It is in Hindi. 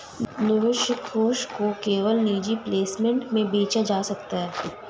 निवेश कोष को केवल निजी प्लेसमेंट में बेचा जा सकता है